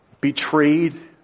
Betrayed